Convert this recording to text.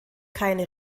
keine